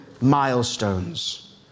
milestones